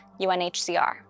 UNHCR